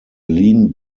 lean